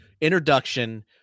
introduction